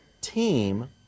team